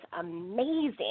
amazing